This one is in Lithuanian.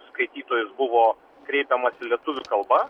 skaitytojus buvo kreipiamasi lietuvių kalba